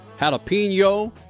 jalapeno